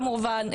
כמובן,